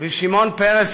ועם שמעון פרס,